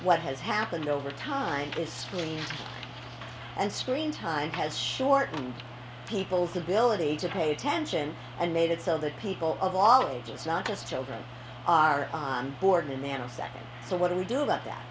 what has happened over time is screen and screen time has shortened people's ability to pay attention and made it so that people of all ages not just children are on board and then a second so what do we do about that